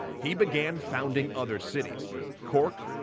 he began founding other cities cork,